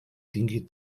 tinggi